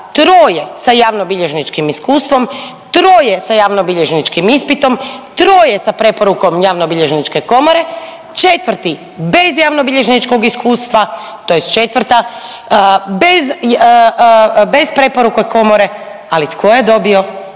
troje sa javnobilježničkim iskustvom, troje sa javnobilježničkim ispitom, troje sa preporukom javnobilježničke komore, četvrti bez javnobilježničkog iskustva, tj. četvrta bez preporuke komore ali tko je dobio?